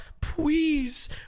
please